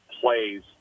plays